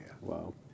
Wow